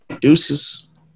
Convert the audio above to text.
Deuces